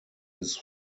his